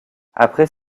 après